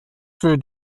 für